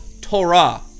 Torah